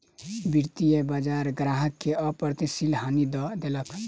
वित्तीय बजार ग्राहक के अप्रत्याशित हानि दअ देलक